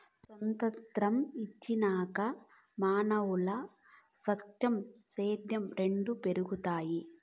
సొతంత్రం వచ్చినాక మనునుల్ల స్వార్థం, సేద్యం రెండు పెరగతన్నాయి